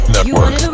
Network